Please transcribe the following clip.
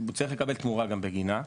הוא צריך לקבל תמורה גם בגינה.